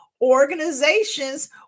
organizations